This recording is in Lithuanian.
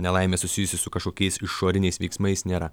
nelaimė susijusi su kažkokiais išoriniais veiksmais nėra